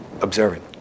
observing